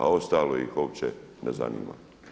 A ostalo ih uopće ne zanima.